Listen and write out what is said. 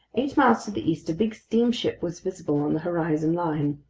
eight miles to the east, a big steamship was visible on the horizon line.